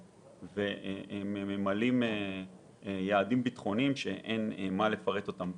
והם ממלאים יעדים ביטחוניים שאין מה לפרט אותם פה.